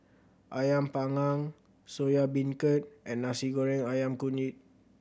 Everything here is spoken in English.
Ayam Panggang Soya Beancurd and Nasi Goreng Ayam Kunyit